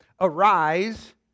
Arise